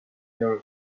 your